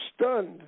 stunned